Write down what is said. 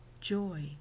joy